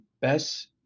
best